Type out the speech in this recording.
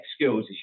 skills